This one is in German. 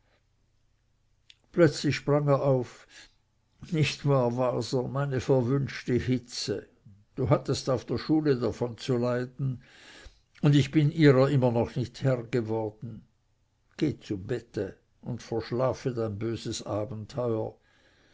plötzlich sprang er auf nicht wahr waser meine verwünschte hitze du hattest auf der schule davon zu leiden und ich bin ihrer noch immer nicht herr geworden geh zu bette und verschlafe dein böses abenteuer